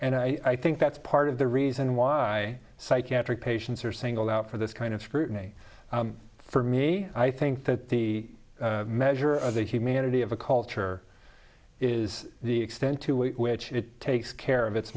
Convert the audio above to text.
and i think that's part of the reason why psychiatric patients are singled out for this kind of scrutiny for me i think that the measure of the humanity of a culture is the extent to which it takes care of its